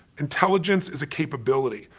intelligence is a capability.